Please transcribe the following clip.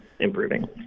improving